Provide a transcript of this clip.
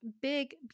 big